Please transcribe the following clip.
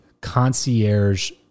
concierge